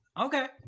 okay